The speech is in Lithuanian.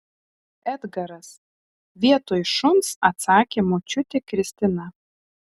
edgaras vietoj šuns atsakė močiutė kristina